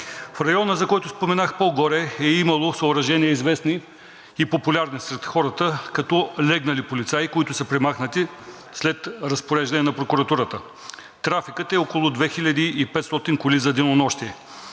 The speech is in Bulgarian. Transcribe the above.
В района, за който споменах по-горе, е имало съоръжения, известни и популярни сред хората като „легнали полицаи“, които са премахнати след разпореждане на прокуратурата. Трафикът е около 2500 коли за денонощие.